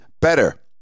better